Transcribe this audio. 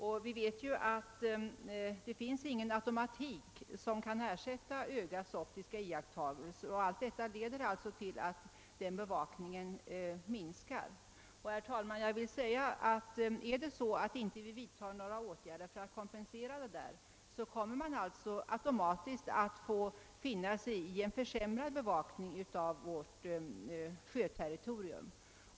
Och vi vet ju att det inte finns någon automatik som kan ersätta ögats optiska iakttagelser. Allt detta 1eder till att bevakningen minskar. Om det inte vidtas några åtgärder för att kompensera minskningen kommer vi alltså automatiskt att få finna oss i en försämrad bevakning av Sveriges sjöterritorium.